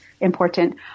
important